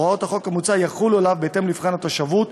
הוראות החוק המוצע יחולו עליו בהתאם למבחן התושבות,